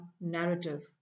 narrative